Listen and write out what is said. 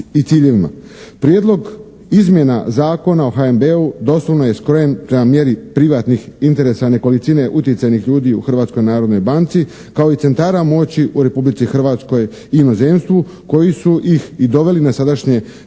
i ciljevima. Prijedlog izmjena Zakona o HNB-u doslovno je skrojen prema mjeri privatnih interesa nekolicine utjecajnih ljudi u Hrvatskoj narodnoj banci kao i centara moći u Republici Hrvatskoj i inozemstvu koji su ih i doveli na sadašnje